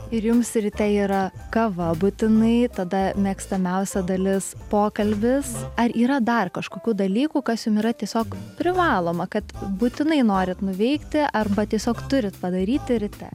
ir jums ryte yra kava būtinai tada mėgstamiausia dalis pokalbis ar yra dar kažkokių dalykų kas jums yra tiesiog privaloma kad būtinai norit nuveikti arba tiesiog turit padaryti ryte